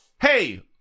hey